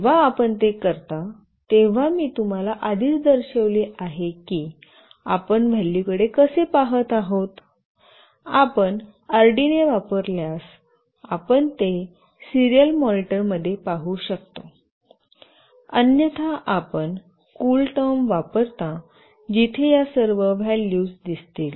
जेव्हा आपण ते करता तेव्हा मी तुम्हाला आधीच दर्शविले आहे की आपण व्हॅल्यूकडे कसे पहात आहात आपण अर्डिनो वापरल्यास आपण ते सीरियल मॉनिटर मध्ये पाहू शकता अन्यथा आपण कूलटर्म वापरता जिथे या सर्व व्हॅल्यूज दिसतील